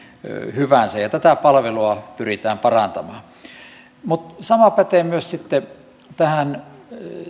hyvänsä tätä palvelua pyritään parantamaan mutta sama pätee myös sitten tähän